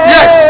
Yes